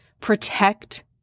Protect